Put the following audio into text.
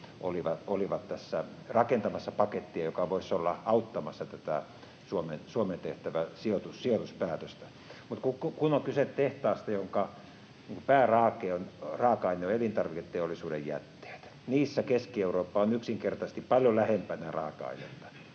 olivat tässä rakentamassa pakettia, joka voisi olla auttamassa tätä Suomeen tehtävää sijoituspäätöstä. Mutta kun on kyse tehtaasta, jonka pääraaka-aine on elintarviketeollisuuden jätteet, niissä Keski-Eurooppa on yksinkertaisesti paljon lähempänä raaka-ainetta.